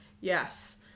Yes